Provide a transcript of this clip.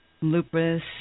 lupus